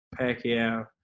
Pacquiao